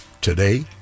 today